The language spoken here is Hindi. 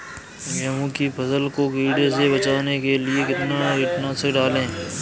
गेहूँ की फसल को कीड़ों से बचाने के लिए कितना कीटनाशक डालें?